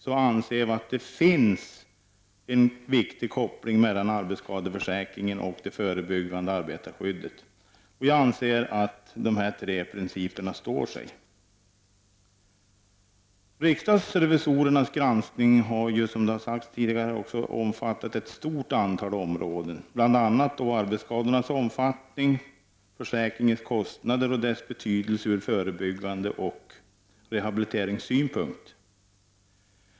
Vi anser att det finns en viktig koppling mellan arbetsskadeförsäkringen och det förebyggande arbetarskyddet. Vi anser att de här tre principerna står sig. Riksdagsrevisorernas granskning har, vilket också sagts tidigare, omfattat ett stort antal områden, bl.a. arbetsskadornas omfattning, försäkringens kostnader och dess betydelse ur förebyggande och rehabiliterande synpunkt.